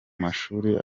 mashuri